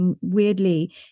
weirdly